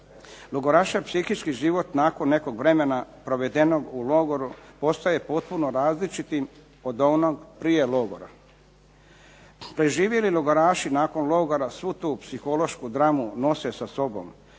Logorašev psihički život nakon nekog vremena provedenog u logoru postaje potpuno različitim od onog prije logora. Preživjeli logoraši nakon logora svu tu psihološku dramu nose sa sobom.